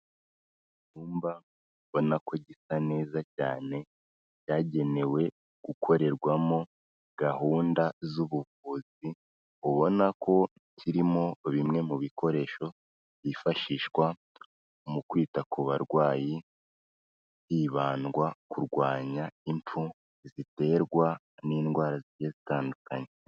Icyumba ubona ko gisa neza cyane, cyagenewe gukorerwamo gahunda z'ubuvuzi, ubona ko kirimo bimwe mu bikoresho byifashishwa mu kwita ku barwayi, hibandwa kurwanya imfu ziterwa n'indwara zigiye zitandukanye.